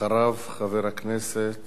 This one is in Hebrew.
אחריו, חבר הכנסת